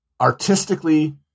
Artistically